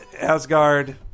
Asgard